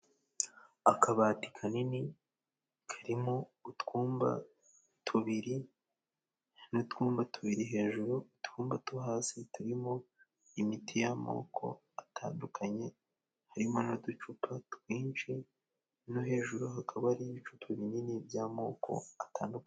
Akabati kanini karimo utwumba tubiri n'utwumba tubiri hejuru utwumba two hasi turimo imiti y'amoko atandukanye harimo n'uducupa twinshi no hejuru hakaba ari ibicupa binini by'amoko atandukanye.